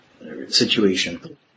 situation